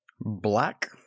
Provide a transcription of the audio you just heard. Black